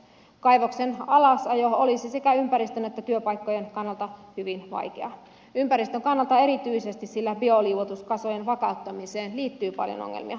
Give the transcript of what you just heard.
kaivoksen alasajo olisi sekä ympäristön että työpaikkojen kannalta hyvin vaikeaa ympäristön kannalta erityisesti sillä bioliuotuskasojen vakauttamiseen liittyy paljon ongelmia